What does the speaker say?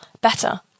better